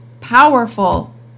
powerful